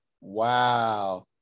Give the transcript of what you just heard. Wow